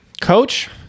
coach